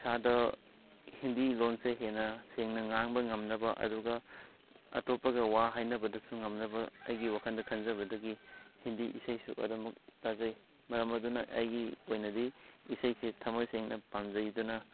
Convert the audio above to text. ꯏꯁꯥꯗ ꯍꯤꯟꯗꯤ ꯂꯣꯟꯁꯦ ꯍꯦꯟꯅ ꯁꯦꯡꯅ ꯉꯥꯡꯕ ꯉꯝꯅꯕ ꯑꯗꯨꯒ ꯑꯇꯣꯞꯄꯒ ꯋꯥ ꯍꯥꯏꯅꯕꯗꯁꯨ ꯉꯝꯅꯕ ꯑꯩꯒꯤ ꯋꯥꯈꯜꯗ ꯈꯟꯖꯕꯗꯒꯤ ꯍꯤꯟꯗꯤ ꯏꯁꯩꯁꯨ ꯑꯗꯨꯃꯛ ꯇꯥꯖꯩ ꯃꯔꯝ ꯑꯗꯨꯅ ꯑꯩꯒꯤ ꯑꯣꯏꯅꯗꯤ ꯏꯁꯩꯁꯤ ꯊꯃꯣꯏ ꯁꯦꯡꯅ ꯄꯥꯝꯖꯩ ꯑꯗꯨꯅ